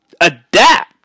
adapt